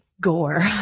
gore